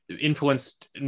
influenced